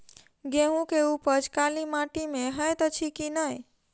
गेंहूँ केँ उपज काली माटि मे हएत अछि की नै?